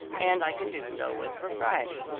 and i can do so with propriety.